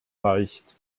leicht